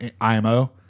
IMO